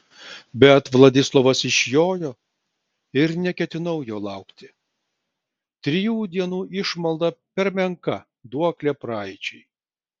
bet vladislovas išjojo ir neketinau jo laukti trijų dienų išmalda per menka duoklė praeičiai